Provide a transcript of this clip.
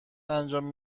انجام